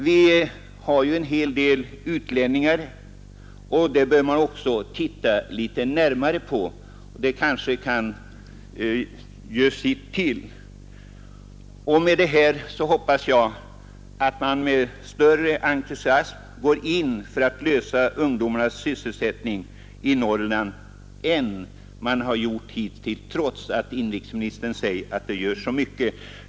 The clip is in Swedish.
Det förhållandet att vi har många utlänningar i vårt land är också något som man bör titta litet närmare på, ty de har kanske sin betydelse i sammanhanget. Trots att inrikesministern säger att det görs så mycket, hoppas jag att man med större entusiasm än hittills skall gå in för att lösa ungdomarnas sysselsättningsproblem i Norrland.